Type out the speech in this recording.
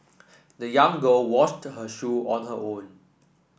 the young girl washed her shoe on her own